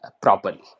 properly